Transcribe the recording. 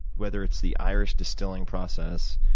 whether it's the irish distilling process,